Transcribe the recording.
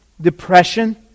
depression